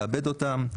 לעבד אותם,